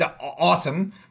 awesome